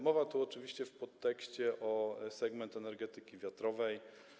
Mowa tu oczywiście w podtekście o segmencie energetyki wiatrowej.